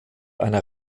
einer